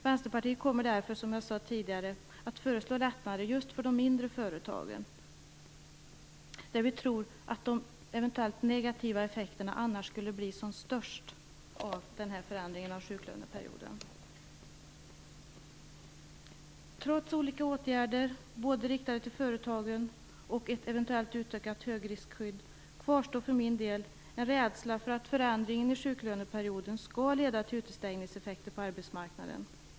Vänsterpartiet kommer därför, som jag tidigare sade, att föreslå detta just för de mindre företagen, där vi tror att de eventuellt negativa effekterna annars skulle bli som störst av denna förändring av sjuklöneperioden. Trots olika åtgärder riktade till företagen och ett eventuellt utökat högriskskydd kvarstår för min del en rädsla för att förändringen i sjuklöneperioden skall leda till utestängningseffekter på arbetsmarknaden.